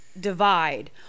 divide